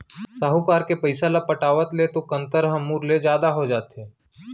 साहूकार के पइसा ल पटावत ले तो कंतर ह मूर ले जादा हो जाथे